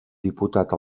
diputat